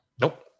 Nope